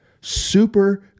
super